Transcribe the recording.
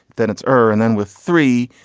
then it's earned, then with three,